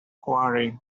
quarry